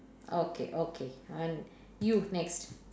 okay okay and you next